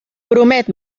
promet